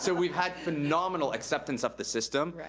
so we've had phenomenal acceptance of the system.